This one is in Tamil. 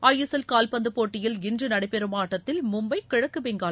ஐஎஸ்எல் காவ்பந்து போட்டியில் இன்று நடைபெறும் ஆட்டத்தில் மும்பை கிழக்கு பெங்கால்